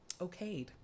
okayed